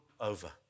over